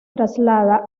traslada